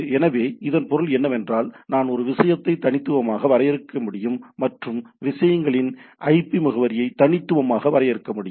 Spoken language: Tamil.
எனவே இதன் பொருள் என்னவென்றால் நான் அந்த விஷயத்தை தனித்துவமாக வரையறுக்க முடியும் மற்றும் விஷயங்களின் ஐபி முகவரியை தனித்துவமாக வரையறுக்க முடியும்